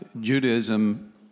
Judaism